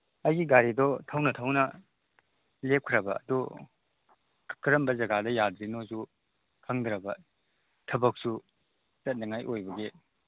ꯑꯩꯒꯤ ꯒꯥꯔꯤꯗꯣ ꯊꯧꯅ ꯊꯧꯅ ꯂꯦꯞꯈ꯭ꯔꯕ ꯑꯗꯨ ꯀꯔꯝꯕ ꯖꯒꯥꯗ ꯌꯥꯗ꯭ꯔꯤꯅꯣꯗꯨ ꯈꯪꯗ꯭ꯔꯕ ꯊꯕꯛꯁꯨ ꯆꯠꯅꯉꯥꯏ ꯑꯣꯏꯕꯒꯤ